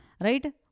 right